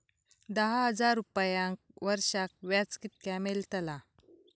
दहा हजार रुपयांक वर्षाक व्याज कितक्या मेलताला?